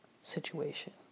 situation